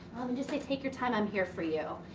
just like take your time i'm here for you.